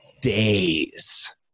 days